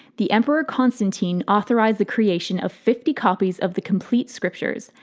the emperor constantine authorized the creation of fifty copies of the complete scriptures,